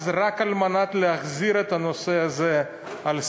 אז רק על מנת להחזיר את הנושא הזה לסדר-היום,